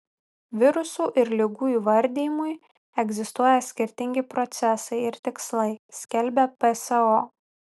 virusų ir ligų įvardijimui egzistuoja skirtingi procesai ir tikslai skelbia pso